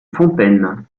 fontaines